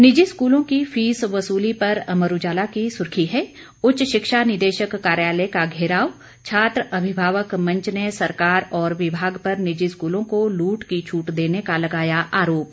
निजी स्कूलों की फीस वसूली पर अमर उजाला की सुर्खी है उच्च शिक्षा निदेशक कार्यालय का घेराव छात्र अभिभावक मंच ने सरकार और विभाग पर निजी स्कूलों को लूट की छूट देने का लगाया आरोप